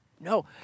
No